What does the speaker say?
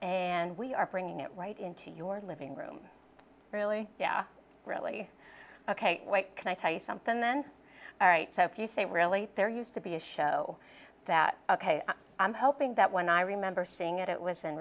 and we are bringing it right into your living room really really ok can i tell you something then all right so if you say really there used to be a show that ok i'm hoping that when i remember seeing it it was